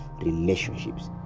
relationships